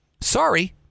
Sorry